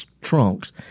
trunks